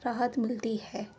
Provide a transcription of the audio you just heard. راحت ملتی ہے